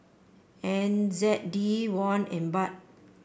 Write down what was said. N Z D Won and Baht